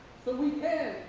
we say